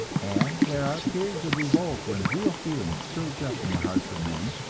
and there are periods of revolt when real feeling surges up in the hearts of men,